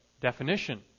definition